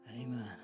Amen